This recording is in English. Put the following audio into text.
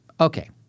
Okay